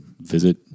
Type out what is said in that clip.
visit